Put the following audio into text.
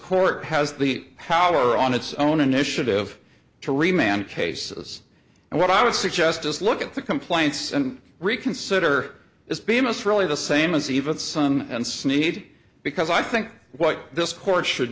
court has the power on its own initiative to remain on cases and what i would suggest is look at the complaints and reconsider its bemis really the same as even sun and snead because i think what this court should